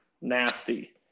nasty